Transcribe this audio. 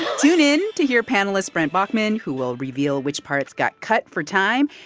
tune in to hear panelist brent baughman, who will reveal which parts got cut for time.